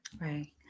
Right